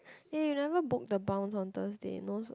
eh you never book the bounce on Thursday no~